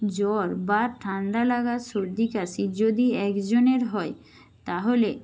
জ্বর বা ঠান্ডা লাগা সর্দি কাশি যদি একজনের হয় তাহলে